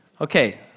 Okay